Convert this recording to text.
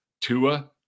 Tua